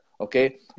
okay